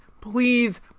please